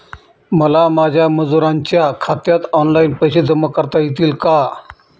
मला माझ्या मजुरांच्या खात्यात ऑनलाइन पैसे जमा करता येतील का?